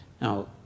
Now